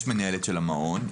יש את מנהלת המעון,